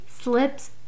slips